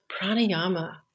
pranayama